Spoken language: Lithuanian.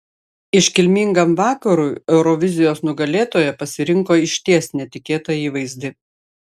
iškilmingam vakarui eurovizijos nugalėtoja pasirinko išties netikėtą įvaizdį